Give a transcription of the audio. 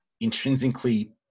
intrinsically